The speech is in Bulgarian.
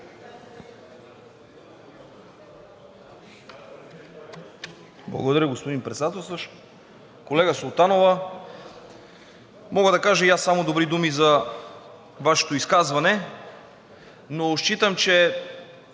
Благодаря, господин Председателстващ. Колега Султанова, мога да кажа и аз само добри думи за Вашето изказване, но считам, че